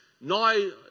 now